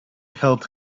helped